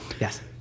Yes